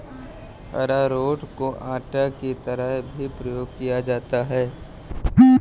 अरारोट को आटा की तरह भी प्रयोग किया जाता है